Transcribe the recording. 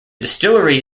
distillery